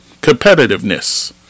Competitiveness